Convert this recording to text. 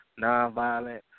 nonviolent